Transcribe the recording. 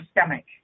stomach